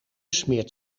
smeert